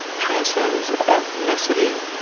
transcends ethnicity,